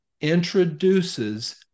introduces